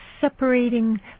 separating